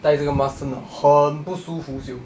戴这个 mask 真的很不舒服 [siol]